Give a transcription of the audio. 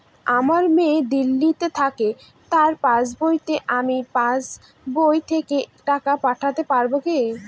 আমার মেয়ে দিল্লীতে থাকে তার পাসবইতে আমি পাসবই থেকে টাকা পাঠাতে পারব কি?